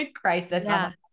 crisis